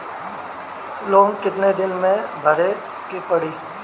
Loan कितना दिन मे भरे के पड़ी?